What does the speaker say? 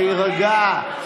להירגע.